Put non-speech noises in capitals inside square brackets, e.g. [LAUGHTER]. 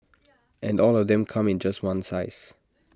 [NOISE] and all of them come in just one size